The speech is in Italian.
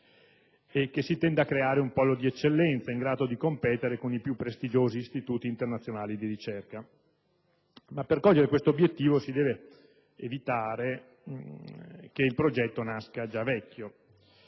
e che si tenda a creare un polo di eccellenza in grado di competere con i più prestigiosi istituti internazionali di ricerca. Ma per cogliere questo obiettivo si deve evitare che il progetto nasca già vecchio.